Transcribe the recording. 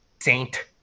Saint